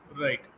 Right